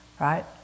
right